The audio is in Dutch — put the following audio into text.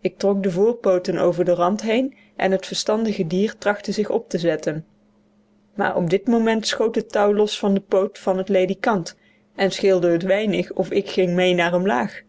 ik trok de voorpooten over den rand heen en het verstandige dier trachtte zich op te zetten maar op dit moment schoot het touw los van den poot van het ledikant en scheelde het weinig of ik ging mee naar omlaag